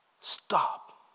stop